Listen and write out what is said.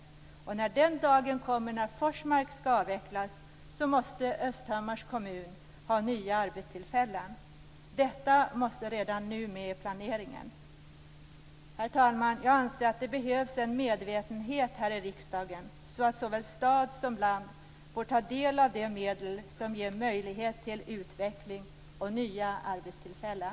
När den dagen kommer då Forsmark skall avvecklas måste Östhammars kommun få nya arbetstillfällen. Detta måste redan nu tas med i planeringen. Herr talman! Jag anser att det behövs en medvetenhet här i riksdagen så att såväl stad som land får ta del av de medel som ger möjlighet till utveckling och nya arbetstillfällen.